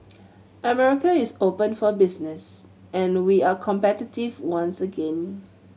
America is open for business and we are competitive once again